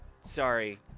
sorry